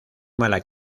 mala